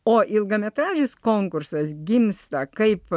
o ilgametražis konkursas gimsta kaip